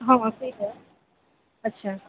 ହଁ ସେଇଟା ଆଚ୍ଛା